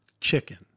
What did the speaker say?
chicken